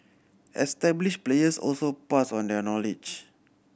established players also pass on their knowledge